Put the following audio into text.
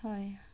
হয়